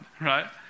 right